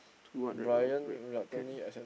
two hundred dollars rate can